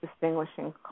distinguishing